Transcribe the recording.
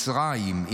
מצרים,